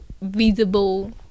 visible